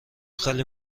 خیلی